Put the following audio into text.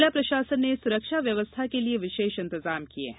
जिला प्रशासन ने सुरक्षा व्यवस्था के लिए विशेष इंतेजाम किये हैं